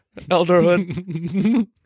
elderhood